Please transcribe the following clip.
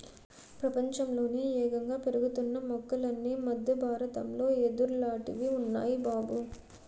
ప్రపంచంలోనే యేగంగా పెరుగుతున్న మొక్కలన్నీ మద్దె బారతంలో యెదుర్లాటివి ఉన్నాయ్ బాబూ